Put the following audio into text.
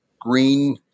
green